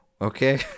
Okay